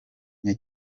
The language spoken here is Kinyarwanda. nke